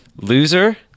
Loser